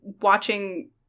watching